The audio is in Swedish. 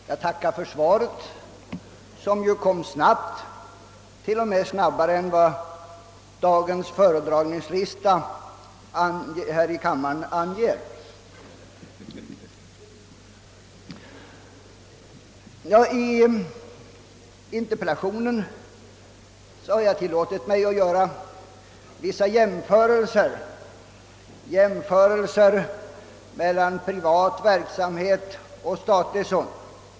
Herr talman! Jag tackar för svaret, som kom snabbt — till och med snabbare än vad dagens föredragningslista här i kammaren anger. I interpellationen har jag tillåtit mig att göra vissa jämförelser mellan privat verksamhet och statlig sådan.